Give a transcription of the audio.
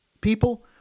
people